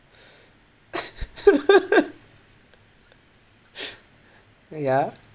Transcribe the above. yeah